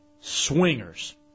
Swingers